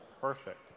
Perfect